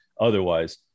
otherwise